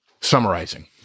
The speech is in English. summarizing